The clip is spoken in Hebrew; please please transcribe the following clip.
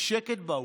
יש שקט באולם,